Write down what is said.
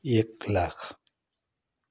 एक लाख